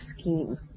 scheme